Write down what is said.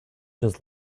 just